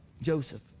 Joseph